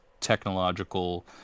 technological